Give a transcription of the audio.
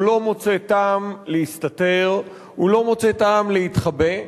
הוא לא מוצא טעם להסתתר, הוא לא מוצא טעם להתחבא.